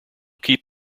keep